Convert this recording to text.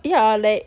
ya like